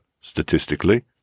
statistically